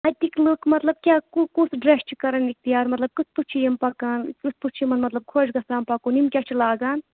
اَتِکۍ لُکھ مطلب کیاہ کُ کُس ڈرٛیس چھِ کَران اِختیار مطلب کِتھ پٲٹھۍ چھِ یِم پَکان کِتھ پٲٹھۍ چھِ یِمَن مطلب خۄش گژھان پَکُن یِم کیاہ چھِ لاگان